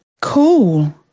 Cool